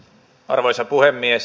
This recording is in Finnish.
arvoisa puhemies